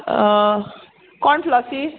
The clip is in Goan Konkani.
कोण फ्लॉसी